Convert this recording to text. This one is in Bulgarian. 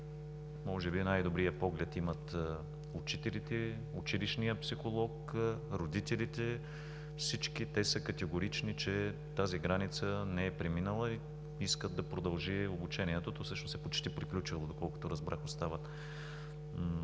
може би най-добрият поглед имат учителите, училищният психолог, родителите. Всички те са категорични, че тази граница не е премината и искат да продължи обучението. Почти е приключило, доколкото разбрах, остават